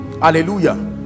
hallelujah